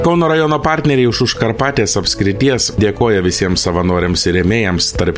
kauno rajono partneriai iš užkarpatės apskrities dėkoja visiems savanoriams ir rėmėjams tarp